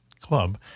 Club